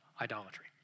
idolatry